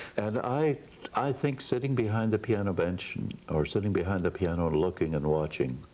and i i think sitting behind the piano bench and or sitting behind the piano looking and watching